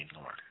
Lord